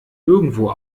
irgendwo